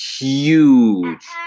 huge